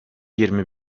yirmi